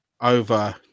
over